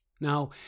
Now